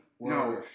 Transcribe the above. no